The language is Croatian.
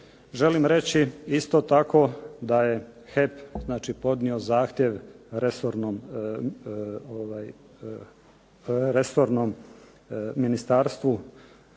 Želim reći isto tako da je HEP podnio zahtjev resornom ministarstvu